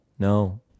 no